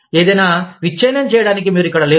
ఏదైనా విచ్ఛిన్నం చేయడానికి మీరు ఇక్కడ లేరు